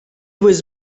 was